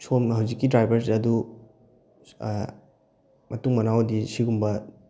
ꯁꯣꯝꯅ ꯍꯧꯖꯤꯛꯀꯤ ꯗ꯭ꯔꯥꯏꯚꯔꯁꯦ ꯑꯗꯨ ꯃꯇꯨꯡ ꯃꯅꯥꯎꯗꯤ ꯁꯤꯒꯨꯝꯕ